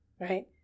Right